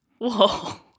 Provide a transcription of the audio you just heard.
Whoa